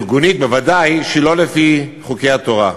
ארגונית, בוודאי, שלא לפי חוקי התורה.